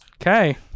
Okay